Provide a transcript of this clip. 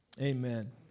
Amen